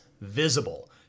visible